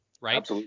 Right